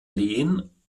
lehen